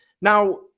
Now